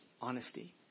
honesty